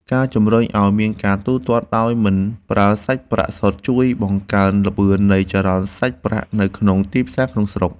ការជំរុញឱ្យមានការទូទាត់ដោយមិនប្រើសាច់ប្រាក់សុទ្ធជួយបង្កើនល្បឿននៃចរន្តសាច់ប្រាក់នៅក្នុងទីផ្សារក្នុងស្រុក។